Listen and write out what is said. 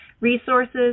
resources